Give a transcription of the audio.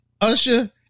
Usher